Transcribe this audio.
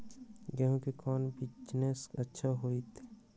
गेंहू के कौन बिजनेस अच्छा होतई?